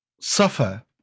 suffer